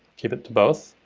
keep it to both.